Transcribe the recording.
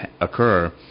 occur